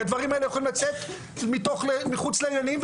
כי הדברים האלה יכולים לצאת מחוץ לעניינים,